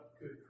good